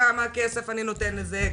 כמה כסף אני נותן לזה,